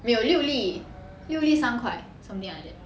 没有六粒六粒三块 something like that